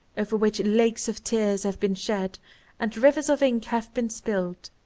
over which lakes of tears have been shed and rivers of ink have been spilt.